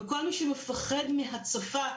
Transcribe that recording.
וכל מי שמפחד מהצפה,